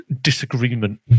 disagreement